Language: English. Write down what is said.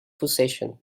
possession